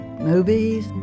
movies